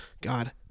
god